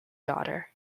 daughter